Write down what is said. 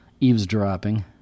eavesdropping